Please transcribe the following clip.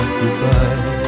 goodbye